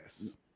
Yes